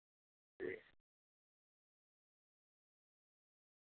جی